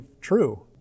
true